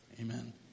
Amen